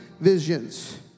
visions